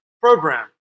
program